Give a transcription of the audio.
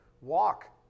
Walk